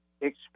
expect